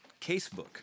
Casebook